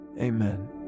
Amen